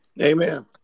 Amen